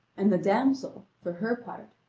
and the damsel, for her part,